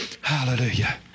Hallelujah